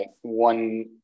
one